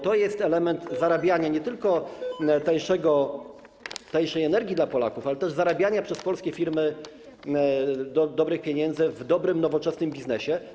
To jest element zarabiania, nie tylko tańszej energii dla Polaków, ale też zarabiania przez polskie firmy dobrych pieniędzy w dobrym, nowoczesnym biznesie.